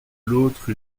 l’autre